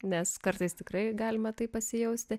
nes kartais tikrai galima taip pasijausti